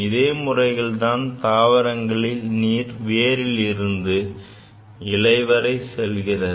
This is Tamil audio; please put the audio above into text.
இதே முறையில்தான் தாவரங்களில் நீர் வேரில் இருந்து இலை வரை செல்கிறது